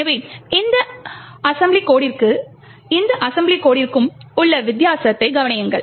எனவே இந்த அசெம்பிளி கோடிற்கும் இந்த அசெம்பிளி கோடிற்கும் உள்ள வித்தியாசத்தை கவனியுங்கள்